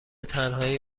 تنهایی